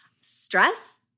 stress